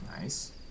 Nice